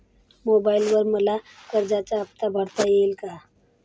मोबाइलवर मला कर्जाचा हफ्ता भरता येईल का?